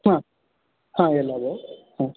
ಹಾಂ ಹಾಂ ಎಲ್ಲದು ಹಾಂ